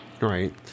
Right